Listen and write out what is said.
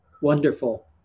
wonderful